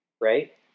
right